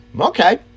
Okay